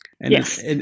Yes